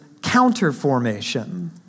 counterformation